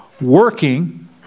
working